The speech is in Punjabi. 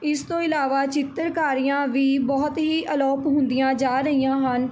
ਇਸ ਤੋਂ ਇਲਾਵਾ ਚਿੱਤਰਕਾਰੀਆਂ ਵੀ ਬਹੁਤ ਹੀ ਅਲੋਪ ਹੁੰਦੀਆਂ ਜਾ ਰਹੀਆਂ ਹਨ